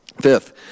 Fifth